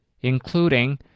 including